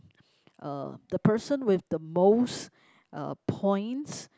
uh the person with the most uh points